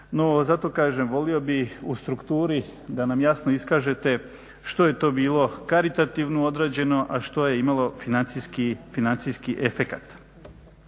zato kažem. Volio bih u strukturi da nam jasno iskažete što je to bilo karitativno određeno, a što je imalo financijski efekat.